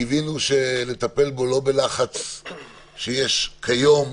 קיווינו שנטפל בו לא בלחץ שיש כיום,